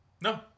No